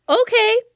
Okay